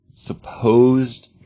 Supposed